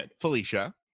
Felicia